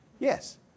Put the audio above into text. Yes